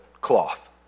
cloth